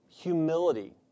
Humility